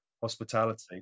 hospitality